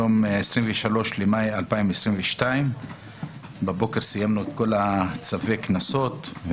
היום 23 במאי 2022. בבוקר סיימנו את כל צווי הקנסות,